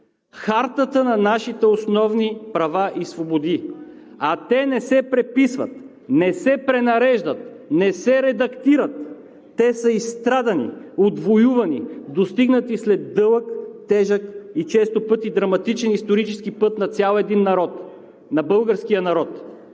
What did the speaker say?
хартата на нашите основни права и свободи, а те не се преписват, не се пренареждат, не се редактират, те са изстрадани, отвоювани, достигнати след дълъг, тежък и често пъти драматичен исторически път на цял един народ – българския народ,